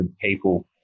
people